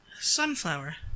sunflower